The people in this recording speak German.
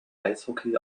eishockey